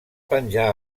penjar